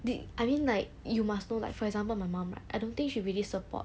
they I mean like you must know like for example my mom right I don't think she really support